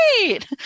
great